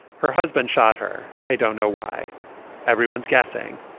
her husband shot her. i don't know why everyone's guessing.